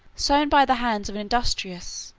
sown by the hands of an industrious,